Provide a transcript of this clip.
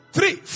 Three